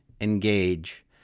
engage